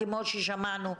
כמו ששמענו,